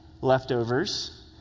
leftovers